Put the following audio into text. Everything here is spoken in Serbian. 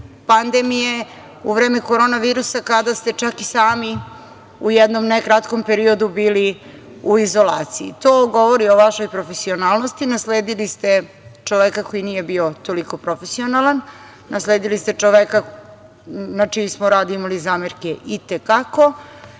pandemije, u vreme korona virusa, kada ste čak i sami u jednom, ne kratkom periodu bili u izolaciji. To govori o vašoj profesionalnosti i nasledili ste čoveka koji nije bio toliko profesionalan. Nasledili ste čoveka na čiji smo rad imali zamerke i te kako,